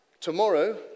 tomorrow